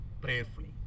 prayerfully